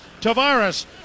Tavares